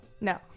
No